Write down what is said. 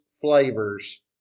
flavors